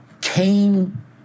came